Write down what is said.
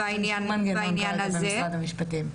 אין שום מנגנון כרגע במשרד המשפטים.